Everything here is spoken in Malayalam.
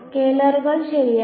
സ്കെയിലറുകൾ ശരിയാണ്